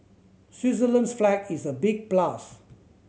Switzerland's flag is a big plus